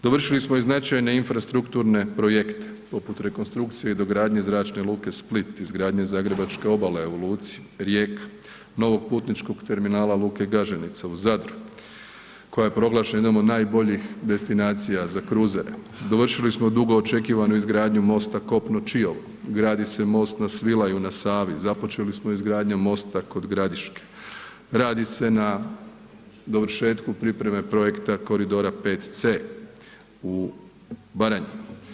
Dovršili smo i značajne infrastrukturne projekte, poput rekonstrukcije i dogradnje Zračne luke Split, izgradnje Zagrebačke obale u luci Rijeka, novog Putničkog terminala luke Gaženica u Zadru koja je proglašena jednom od najboljih destinacija za kruzere, dovršili smo dugo očekivanu izgradnju mosta Kopno-Čiovo, gradi se most na Svilaju na Savi, započeli smo izgradnju mosta kod Gradiške, radi se na dovršetku pripreme projekta Koridora 5C u Baranji.